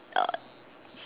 uh